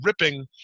ripping